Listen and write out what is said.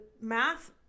math